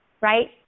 right